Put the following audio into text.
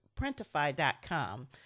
printify.com